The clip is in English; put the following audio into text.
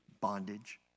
bondage